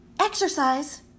exercise